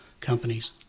companies